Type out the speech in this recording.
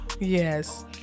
Yes